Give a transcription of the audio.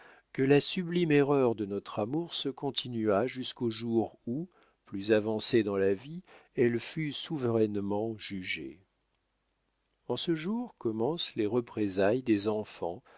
que la sublime erreur de notre amour se continua jusqu'au jour où plus avancés dans la vie elle fut souverainement jugée en ce jour commencent les représailles des enfants